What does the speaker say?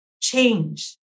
change